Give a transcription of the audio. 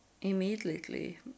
immediately